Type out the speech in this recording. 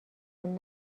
جون